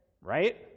Right